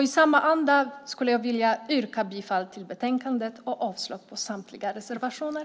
I samma anda skulle jag vilja yrka bifall till förslaget i utskottets betänkande och avslag på samtliga reservationer.